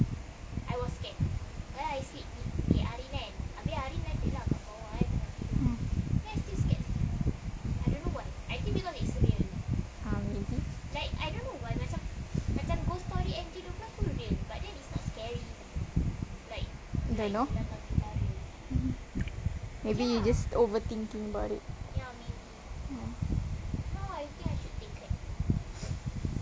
mm ah maybe don't know mmhmm maybe you just overthinking about it ah